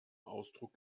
ausdruck